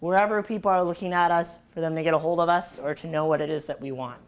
wherever people are looking at us for them to get a hold of us or to know what it is that we want